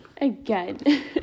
Again